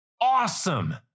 awesome